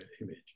image